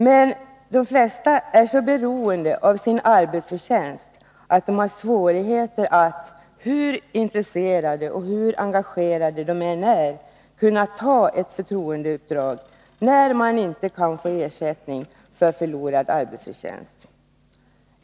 Men de flesta är så beroende av sin arbetsförtjänst att de har svårigheter att — hur intresserade och engagerade de än är — kunna ta ett förtroendeuppdrag när de inte kan få ersättning för förlorad arbetsförtjänst.